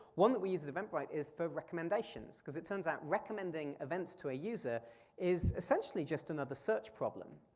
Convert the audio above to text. one that we use at eventbrite is for recommendations. cause it turns out recommending events to a user is essentially just another search problem.